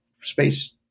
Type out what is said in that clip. space